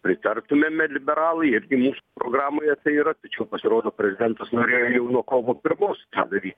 pritartumėme liberalai irgi mūsų programoje tai yra tačiau pasirodo prezidentas norėjo jau nuo kovo pirmos tą daryt